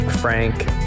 Frank